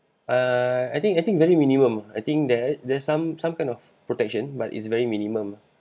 err I think I think very minimum I think that there's some some kind of protection but it's very minimum